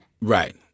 Right